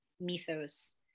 mythos